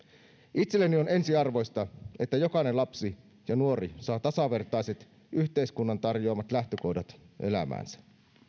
itselleni on ensiarvoista että jokainen lapsi ja nuori saa tasavertaiset yhteiskunnan tarjoamat lähtökohdat elämäänsä